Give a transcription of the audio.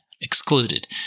excluded